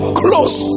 close